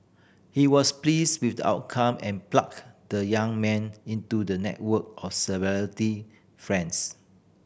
he was pleased with the outcome and plugged the young man into the network of friends